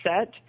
set